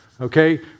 Okay